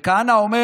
כהנא אומר,